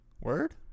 Word